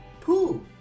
Pooh